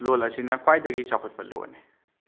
ꯂꯣꯟ ꯑꯁꯤꯅ ꯈ꯭ꯋꯥꯏꯗꯒꯤ ꯆꯥꯎꯈꯠꯄ ꯂꯣꯟꯅꯤ